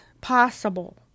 possible